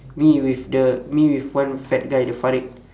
me with the me with one fat guy the fariq